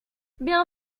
bien